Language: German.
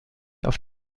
auf